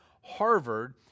Harvard